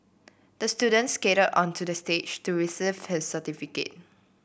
the student skated onto the stage to receive his certificate